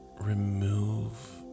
remove